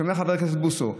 אתה שומע, חבר הכנסת בוסו?